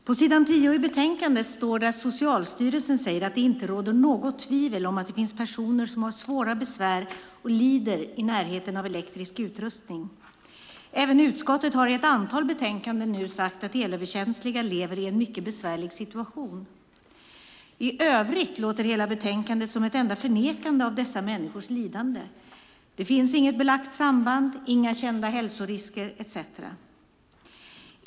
Fru talman! På s. 10 i betänkandet står det att Socialstyrelsen säger att det inte råder något tvivel om att det finns personer som har svåra besvär och lider i närheten av elektrisk utrustning. Även utskottet har i ett antal betänkanden sagt att elöverkänsliga lever i en mycket besvärlig situation. I övrigt låter hela betänkandet som ett enda förnekande av dessa människors lidande. "Det finns inget belagt samband", "inga kända hälsorisker" etcetera.